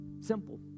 Simple